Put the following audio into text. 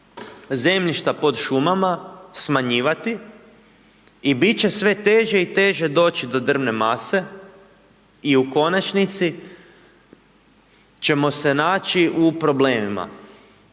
zemljišta pod šumama smanjivati i bit će sve teže i teže doći do drvne mase i u konačnici ćemo se naći u problemima.